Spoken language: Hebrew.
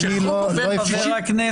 כשחוק עובר --- מכובדיי, חברים.